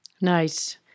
Nice